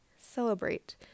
celebrate